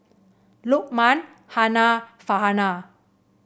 Lukman Hana Farhanah